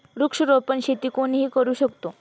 वृक्षारोपण शेती कोणीही करू शकतो